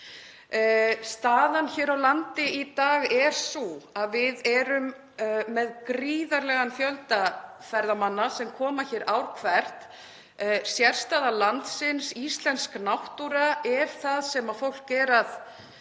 Staðan hér á landi í dag er sú að við erum með gríðarlegan fjölda ferðamanna sem koma hér ár hvert. Sérstaða landsins, íslensk náttúra er það sem fólk er að